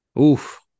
Oof